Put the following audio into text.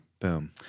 Boom